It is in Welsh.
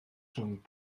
rhwng